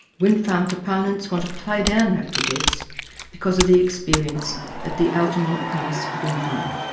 wind farm proponents want to play down raptor deaths because of the experience at the altamont pass wind farm.